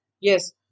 yes